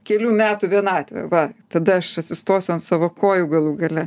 kelių metų vienatvė va tada aš atsistosiu ant savo kojų galų gale